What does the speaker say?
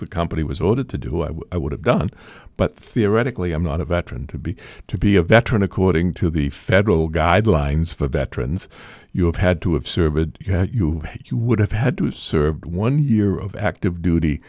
the company was ordered to do i would have done but theoretically i'm not a veteran to be to be a veteran according to the federal guidelines for veterans you have had to have served you you would have had to serve one year of active duty